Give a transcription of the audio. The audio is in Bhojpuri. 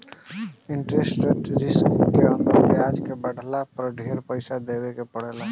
इंटरेस्ट रेट रिस्क के अंदर ब्याज दर बाढ़ला पर ढेर पइसा देवे के पड़ेला